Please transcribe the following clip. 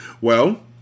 Well